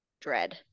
dread